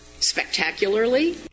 Spectacularly